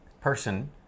person